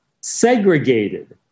segregated